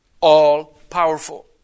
all-powerful